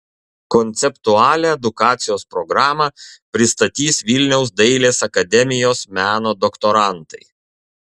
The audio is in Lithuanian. konceptualią edukacijos programą pristatys vilniaus dailės akademijos meno doktorantai